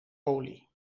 olie